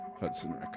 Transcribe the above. Hudson